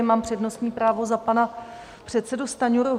Mám přednostní právo za pana předsedu Stanjuru.